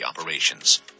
operations